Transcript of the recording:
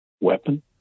weapon